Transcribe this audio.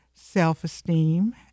self-esteem